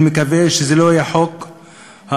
אני מקווה שזה לא יהיה החוק האחרון,